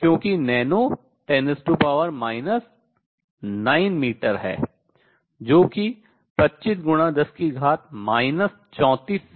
क्योंकि nano 10 9 metre है जो कि 25×10 34 से विभाजित है